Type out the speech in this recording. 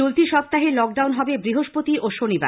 চলতি সপ্তাহে লকডাউন হবে বৃহস্পতি ও শনিবার